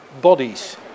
bodies